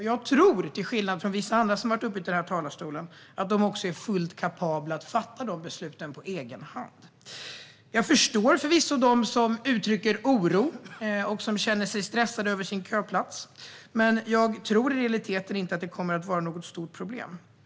Jag tror, till skillnad från vissa andra som har varit uppe i denna talarstol, att de också är fullt kapabla att fatta dessa beslut på egen hand. Jag förstår förvisso dem som uttrycker oro och som känner sig stressade över sin köplats. Men jag tror inte att det i realiteten kommer att vara något stort problem.